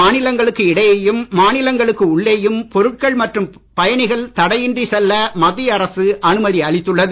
மாநிலங்களுக்கு இடையேயும் மாநிலங்களுக்கு உள்ளேயும் பொருட்கள் மற்றும் பயணிகள் தடையின்றி செல்ல மத்திய அரசு அனுமதி அளித்துள்ளது